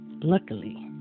luckily